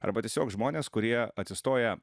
arba tiesiog žmonės kurie atsistoję